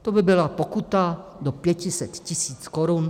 To by byla pokuta do 500 tisíc korun.